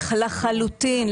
לחלוטין.